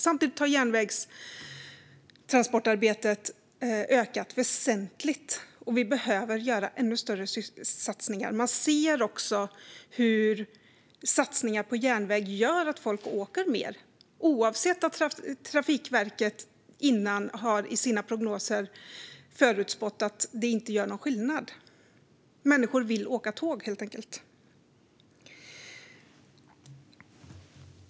Samtidigt har järnvägstransportarbetet ökat väsentligt, och vi behöver göra ännu större satsningar. Man ser också hur satsningar på järnväg gör att folk åker mer, oavsett om Trafikverket i sina prognoser tidigare har förutspått att det inte kommer att göra någon skillnad. Människor vill helt enkelt åka tåg.